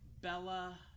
Bella